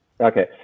Okay